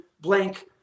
blank